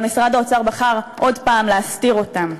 אבל משרד האוצר בחר עוד הפעם להסתיר אותם.